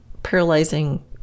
paralyzing